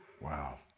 Wow